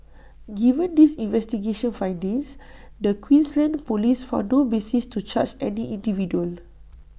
given these investigation findings the Queensland Police found no basis to charge any individual